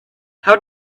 how